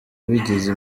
bigize